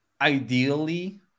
ideally